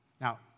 Now